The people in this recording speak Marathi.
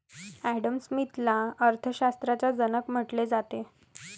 ॲडम स्मिथला अर्थ शास्त्राचा जनक म्हटले जाते